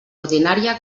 ordinària